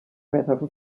river